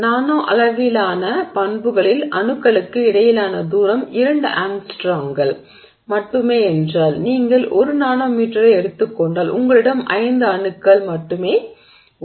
நானோ அளவிலான பண்புகளில் அணுக்களுக்கு இடையிலான தூரம் இரண்டு ஆங்ஸ்ட்ரோம்கள் மட்டுமே என்றால் நீங்கள் 1 நானோ மீட்டரை எடுத்துக் கொண்டால் உங்களிடம் 5 அணுக்கள் மட்டுமே உள்ளன